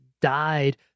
died